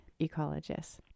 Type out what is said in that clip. ecologists